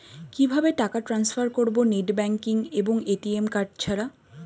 কিভাবে টাকা টান্সফার করব নেট ব্যাংকিং এবং এ.টি.এম কার্ড ছাড়া?